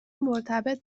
مرتبط